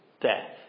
death